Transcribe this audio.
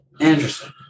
Anderson